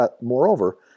Moreover